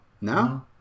No